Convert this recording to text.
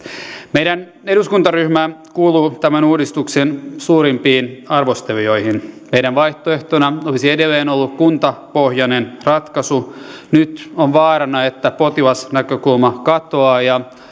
meidän eduskuntaryhmämme kuuluu tämän uudistuksen suurimpiin arvostelijoihin meidän vaihtoehtonamme olisi edelleen ollut kuntapohjainen ratkaisu nyt on vaarana että potilasnäkökulma katoaa ja